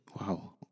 Wow